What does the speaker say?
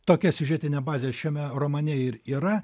tokia siužetinė bazė šiame romane ir yra